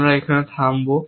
আমরা এখানে থামব